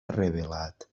revelat